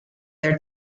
their